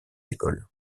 écoles